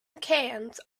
cans